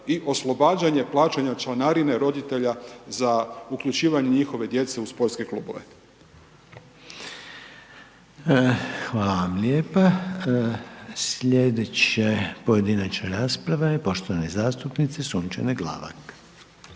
i oslobađanje plaćanja članarine roditelja za uključivanje njihove djece u sportske klubove. **Reiner, Željko (HDZ)** Hvala vam lijepa. Sljedeća pojedinačna rasprava je poštovane zastupnice Sunčane Glavak.